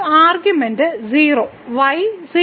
ഒരു argument 0 y 0 ആണ്